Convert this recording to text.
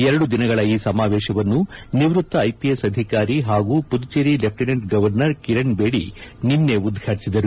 ಎರಡು ದಿನಗಳ ಈ ಸಮಾವೇಶವನ್ನು ನಿವೃತ್ತ ಐಪಿಎಸ್ ಅಧಿಕಾರಿ ಹಾಗೂ ಪುದುಚೆರಿ ಲೆಫ್ಲಿನೆಂಟ್ ಗವರ್ನರ್ ಕಿರಣ್ ಬೇಡಿ ನಿನ್ನೆ ಉದ್ವಾಟಿಸಿದರು